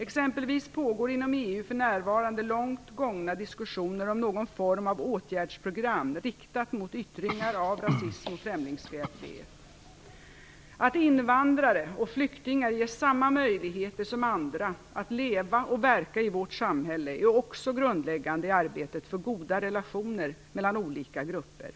Exempelvis pågår inom EU för närvarande långt gångna diskussioner om någon form av åtgärdsprogram riktat mot yttringar av rasism och främlingsfientlighet. Att invandrare och flyktingar ges samma möjligheter som andra att leva och verka i vårt samhälle är också grundläggande i arbetet för goda relationer mellan olika grupper.